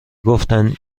گفتند